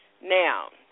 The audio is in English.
Now